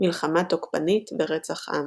מלחמה תוקפנית ורצח עם.